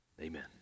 Amen